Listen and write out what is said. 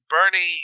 Bernie